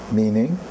meaning